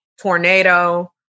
tornado